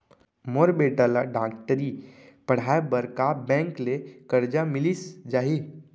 मोर बेटा ल डॉक्टरी पढ़ाये बर का बैंक ले करजा मिलिस जाही?